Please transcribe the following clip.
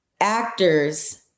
actors